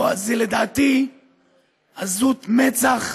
לדעתי זו עזות מצח,